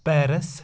Paris